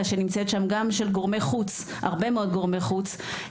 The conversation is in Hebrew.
של הרבה מאוד גורמי חוץ שנמצאים שם.